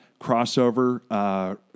Crossover